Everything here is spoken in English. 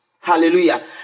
Hallelujah